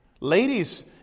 Ladies